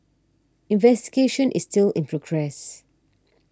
investigation is still in progress